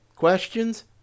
questions